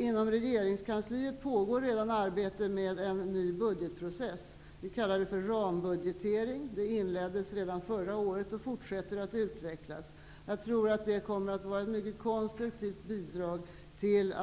Inom regeringskansliet pågår redan arbete med en ny budgetprocess, s.k. rambudgetering. Den inleddes redan förra året och fortsätter att utvecklas. Jag tror att det kommer att vara ett mycket konstruktivt bidrag till